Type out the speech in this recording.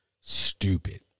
stupid